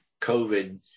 COVID